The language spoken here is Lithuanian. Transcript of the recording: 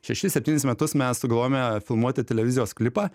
šešis septynis metus mes sugalvojome filmuoti televizijos klipą